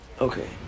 Okay